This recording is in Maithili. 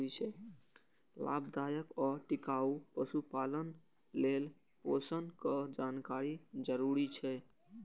लाभदायक आ टिकाउ पशुपालन लेल पोषणक जानकारी जरूरी छै